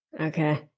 Okay